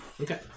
Okay